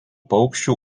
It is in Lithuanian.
paukščių